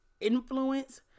influence